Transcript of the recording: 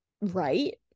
right